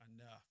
enough